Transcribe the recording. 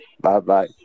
Bye-bye